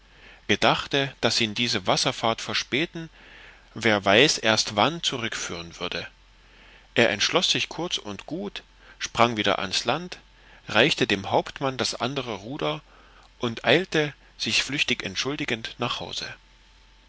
gedachte daß ihn diese wasserfahrt verspäten wer weiß erst wann zurückführen würde er entschloß sich kurz und gut sprang wieder ans land reichte dem hauptmann das andre ruder und eilte sich flüchtig entschuldigend nach hause